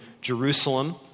Jerusalem